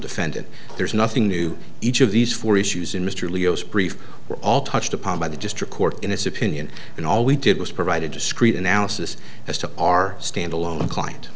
defendant there's nothing new each of these four issues in mr leo's brief we're all touched upon by the district court in his opinion and all we did was provide a discrete analysis as to our standalone client